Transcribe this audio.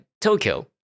Tokyo